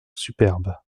superbes